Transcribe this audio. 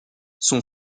son